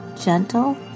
gentle